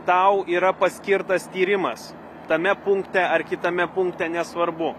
tau yra paskirtas tyrimas tame punkte ar kitame punkte nesvarbu